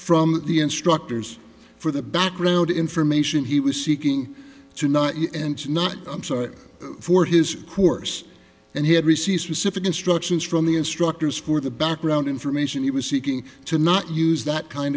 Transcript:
from the instructors for the background information he was seeking to not use and not i'm sorry for his course and he had received specific instructions from the instructors for the background information he was seeking to not use that kind